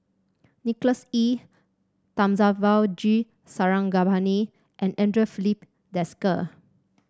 Nicholas Ee Thamizhavel G Sarangapani and Andre Filipe Desker